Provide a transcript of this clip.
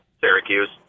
Syracuse